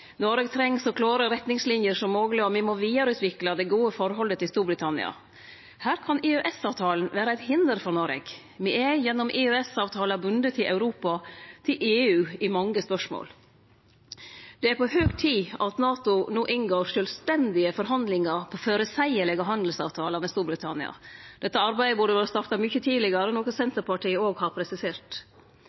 Noreg treng så klare retningslinjer som mogleg, og me må vidareutvikle det gode forholdet til Storbritannia. Her kan EØS-avtalen vere eit hinder for Noreg. Me er gjennom EØS-avtalen bundne til Europa, til EU, i mange spørsmål. Det er på høg tid at NATO no inngår sjølvstendige forhandlingar om føreseielege handelsavtalar med Storbritannia. Dette arbeidet burde vore starta mykje tidlegare, noko Senterpartiet òg har presisert.